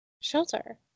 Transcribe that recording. Shelter